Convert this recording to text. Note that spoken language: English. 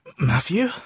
Matthew